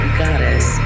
goddess